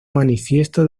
manifiesto